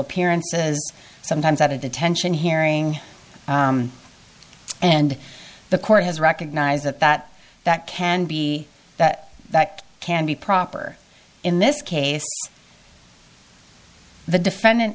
appearances sometimes at a detention hearing and the court has recognized that that that can be that that can be proper in this case the defendant